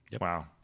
wow